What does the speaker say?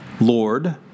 Lord